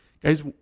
Guys